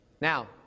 Now